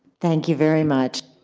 thank you very much.